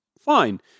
fine